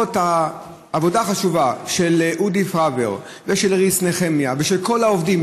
למרות העבודה החשובה של אודי פראוור ושל איריס נחמיה ושל כל העובדים,